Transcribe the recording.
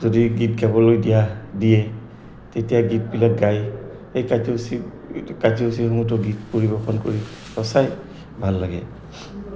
যদি গীত গাবলৈ দিয়া দিয়ে তেতিয়া গীতবিলাক গায় সেই কাৰ্য কাৰ্যসূচীসমূহতো গীত পৰিৱেশন কৰি সঁচাই ভাল লাগে